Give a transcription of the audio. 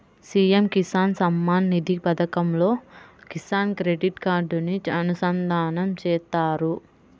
PM Kisan Samman Nidhi పథకంతో Kisan credit కార్డుని అనుసంధానం చేత్తారు